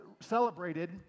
celebrated